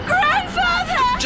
Grandfather